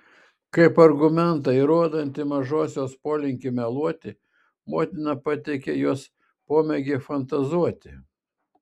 kaip argumentą įrodantį mažosios polinkį meluoti motina pateikė jos pomėgį fantazuoti